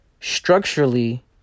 structurally